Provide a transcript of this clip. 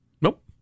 Nope